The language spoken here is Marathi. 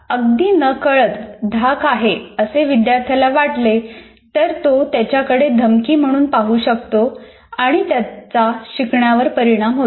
अगदी नकळत धाक आहे असे विद्यार्थ्याला वाटले तर तो त्याच्याकडे धमकी म्हणून पाहू शकतो आणि त्याचा शिकण्यावर परिणाम होतो